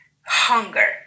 Hunger